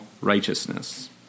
righteousness